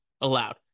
allowed